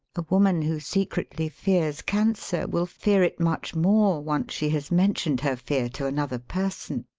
a woman who secretly fears cancer will fear it much more once she has mentioned her fear to another person.